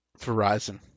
Verizon